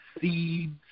seeds